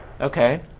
Okay